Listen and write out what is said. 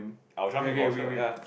I will drunk him for sure ya